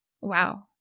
Wow